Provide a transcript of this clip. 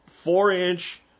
four-inch